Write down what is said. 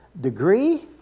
degree